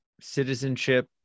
citizenship